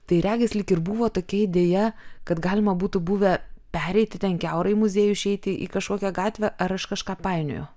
tai regis lyg ir buvo tokia idėja kad galima būtų buvę pereiti ten kiaurai muziejų išeiti į kažkokią gatvę ar aš kažką painioju